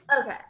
Okay